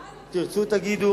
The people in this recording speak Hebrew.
מה, תרצו תגידו